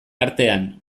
artean